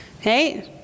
Okay